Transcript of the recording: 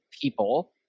people